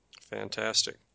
Fantastic